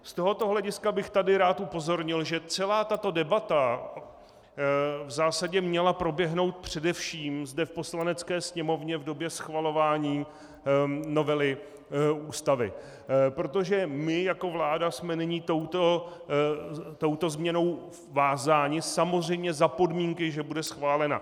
Z tohoto hlediska bych tady rád upozornil, že celá tato debata v zásadě měla proběhnout především zde v Poslanecké sněmovně v době schvalování novely Ústavy, protože my jako vláda jsme nyní touto změnou vázáni, samozřejmě za podmínky, že bude schválena.